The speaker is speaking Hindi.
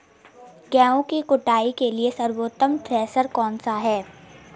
गेहूँ की कुटाई के लिए सर्वोत्तम थ्रेसर कौनसा है?